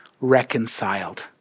reconciled